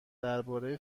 درباره